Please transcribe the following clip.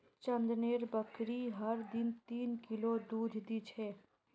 चंदनेर बकरी हर दिन तीन किलो दूध दी छेक